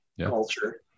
culture